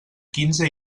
quinze